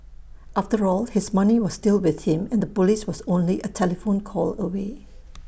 after all his money was still with him and Police was only A telephone call away